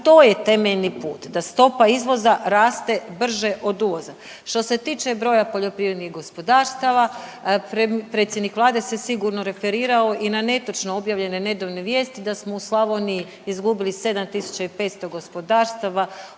to je temeljni put, da stopa izvoza raste od brže uvoza. Što se tiče broja poljoprivrednih gospodarstava, predsjednik Vlade se sigurno referirao i na netočno objavljene nedovoljne vijesti da smo u Slavoniji izgubili 7.500 gospodarstava.